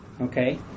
Okay